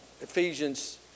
Ephesians